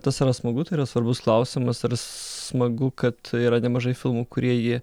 tas yra smagu tai yra svarbus klausimas ar smagu kad yra nemažai filmų kurie jį